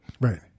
Right